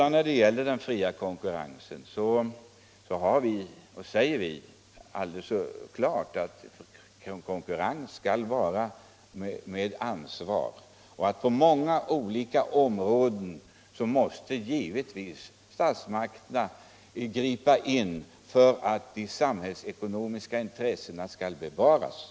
När det gäller den fria konkurrensen säger vi klart att konkurrens skall ske med ansvar och att statsmakterna på många olika områden givetvis måste gripa in för att de samhällsekonomiska intressena skall bevaras.